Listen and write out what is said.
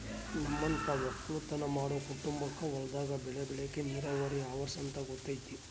ನಮ್ಮಂತ ವಕ್ಕಲುತನ ಮಾಡೊ ಕುಟುಂಬಕ್ಕ ಹೊಲದಾಗ ಬೆಳೆ ಬೆಳೆಕ ನೀರಾವರಿ ಅವರ್ಸ ಅಂತ ಗೊತತೆ